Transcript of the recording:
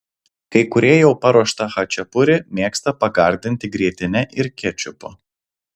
kai kurie jau paruoštą chačapuri mėgsta pagardinti grietine ir kečupu